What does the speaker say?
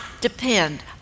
depend